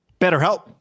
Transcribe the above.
BetterHelp